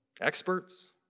Experts